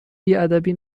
بیادبی